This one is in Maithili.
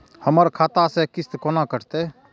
हमर खाता से किस्त कोना कटतै?